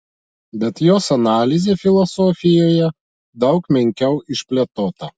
bet jos analizė filosofijoje daug menkiau išplėtota